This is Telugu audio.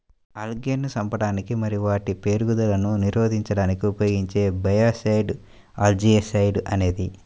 ఆల్గేను చంపడానికి మరియు వాటి పెరుగుదలను నిరోధించడానికి ఉపయోగించే బయోసైడ్ ఆల్జీసైడ్ అనేది